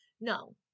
no